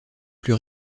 plus